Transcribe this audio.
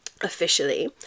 officially